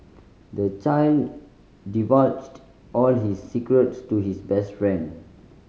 the child divulged all his secrets to his best friend